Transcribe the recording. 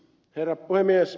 herra puhemies